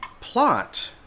plot